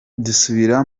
dusubira